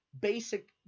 basic